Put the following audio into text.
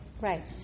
Right